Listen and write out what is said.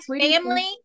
family